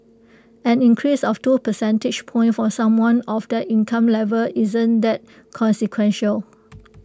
an increase of two percentage points for someone of that income level isn't that consequential